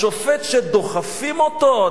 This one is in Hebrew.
השופט שדוחפים אותו,